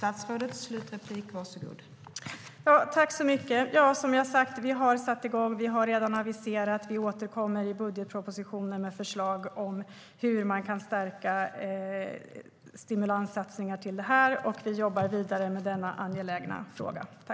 Fru talman! Som jag har sagt har vi satt igång, och vi har redan aviserat att vi återkommer i budgetpropositionen med förslag om hur man kan stärka stimulanssatsningar till detta. Vi jobbar vidare med denna angelägna fråga.